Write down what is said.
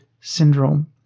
syndrome